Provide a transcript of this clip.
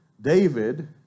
David